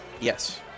Yes